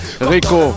Rico